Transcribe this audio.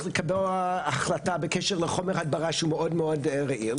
לקבוע החלטה בקשר לחומר הדברה שהוא מאוד מאוד רעיל,